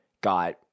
got